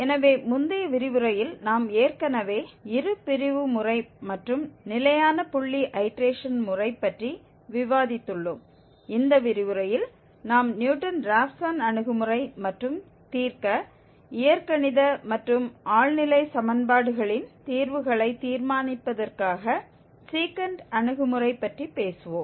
எனவே முந்தைய விரிவுரையில் நாம் ஏற்கனவே இருபிரிவு முறை மற்றும் நிலையான புள்ளி ஐடேரேஷன் முறை பற்றி விவாதித்துள்ளோம் இந்த விரிவுரையில் நாம் நியூட்டன் ராப்சன் அணுகுமுறை மற்றும் தீர்க்க இயற்கணித மற்றும் தெய்வீக சமன்பாடுகளின் தீர்வுகளை தீர்மானிப்பதற்காக சீக்கன்ட் அணுகுமுறை பற்றி பேசுவோம்